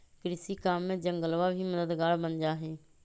कृषि काम में जंगलवा भी मददगार बन जाहई